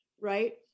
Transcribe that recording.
right